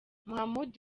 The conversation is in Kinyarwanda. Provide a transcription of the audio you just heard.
muhamud